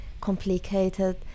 complicated